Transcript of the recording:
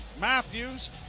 Matthews